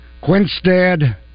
Quinstead